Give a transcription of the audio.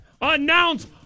announce